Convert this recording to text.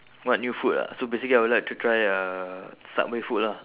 what new food ah so basically I would like to try uh subway food lah